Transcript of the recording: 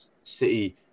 City